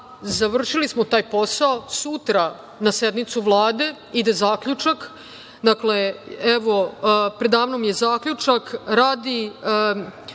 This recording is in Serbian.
završili smo taj posao, sutra na sednicu Vlade ide zaključak, dakle, evo, preda mnom je zaključak radi